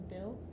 Bill